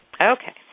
Okay